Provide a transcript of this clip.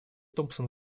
томпсон